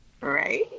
Right